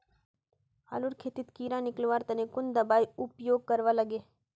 आलूर खेतीत कीड़ा निकलवार तने कुन दबाई उपयोग करवा लगे?